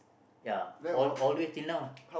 ya all al the way till now ah